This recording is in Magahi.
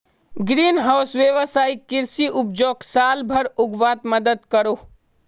ग्रीन हाउस वैवसायिक कृषि उपजोक साल भर उग्वात मदद करोह